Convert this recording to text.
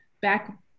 back